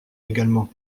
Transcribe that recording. également